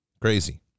Crazy